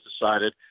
decided